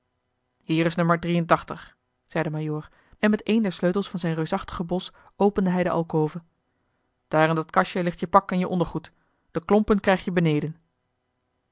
hier is o zei de majoor en met een der sleutels van zijn reusachtigen bos opende hij de alcove daar in dat kastje ligt je pak en je ondergoed de klompen krijg je beneden